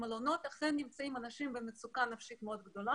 במלונות נמצאים אנשים במצוקה נפשית מאוד גדולה,